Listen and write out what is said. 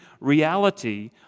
reality